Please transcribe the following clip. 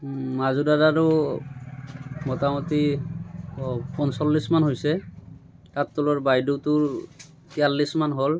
মাজু দাদাৰো মোটামুটি পঞ্চল্লিছমান হৈছে তাৰ তলৰ বাইদেউটোৰ তিয়াল্লিছ মান হ'ল